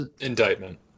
Indictment